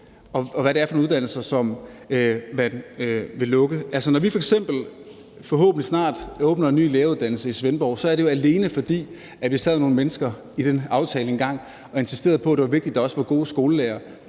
og hvad for nogle uddannelser der vil lukke. Når vi f.eks., forhåbentlig snart, åbner en ny læreruddannelse i Svendborg, er det jo, fordi der sad nogle mennesker i forhandlingerne om den aftale engang, som insisterede på, at det var vigtigt, at der også var gode skolelærere